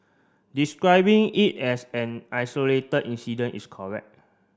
describing it as an isolated incident is correct